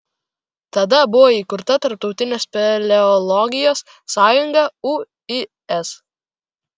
tada buvo įkurta tarptautinė speleologijos sąjunga uis